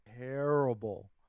terrible